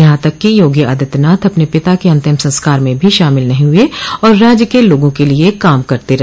यहां तक कि योगी आदित्यनाथ अपने पिता के अंतिम संस्कार में भी शामिल नहीं हुए और राज्य के लोगों के लिए काम करते रहे